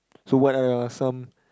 so what are some